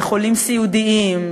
בחולים סיעודיים,